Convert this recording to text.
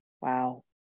Wow